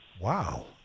Wow